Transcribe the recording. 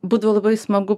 būdavo labai smagu